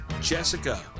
Jessica